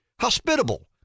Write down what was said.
hospitable